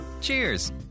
Cheers